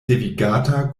devigata